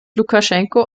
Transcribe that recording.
lukaschenko